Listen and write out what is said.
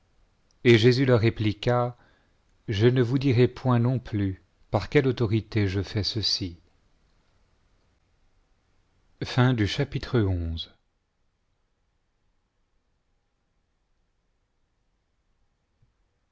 et jésus leur répliqua je ne vous dirai point non plus par quelle autorité je fais ceci